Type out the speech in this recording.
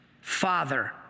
father